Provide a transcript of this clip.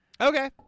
Okay